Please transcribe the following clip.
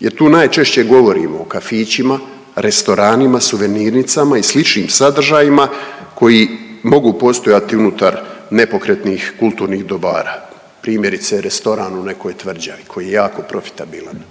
jer tu najčešće govorimo o kafićima, restoranima, suvenirnicama i sličnim sadržajima koji mogu postojati unutar nepokretnih kulturnih dobara. Primjerice restoran u nekoj tvrđavi koji je jako profitabilan